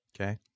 Okay